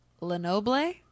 Lenoble